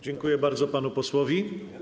Dziękuję bardzo panu posłowi.